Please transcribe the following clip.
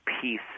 peace